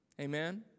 Amen